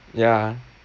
ya